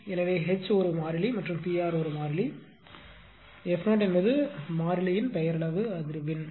எனவே H ஒரு மாறிலி மற்றும் P r ஒரு மாறிலி f 0 என்பது மாறிலியின் பெயரளவு அதிர்வெண் Δf